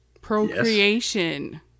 Procreation